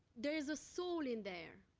there is a soul in there,